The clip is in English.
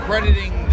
Crediting